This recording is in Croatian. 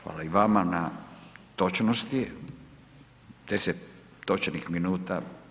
Hvala i vama na točnosti, 10 točnih minuta.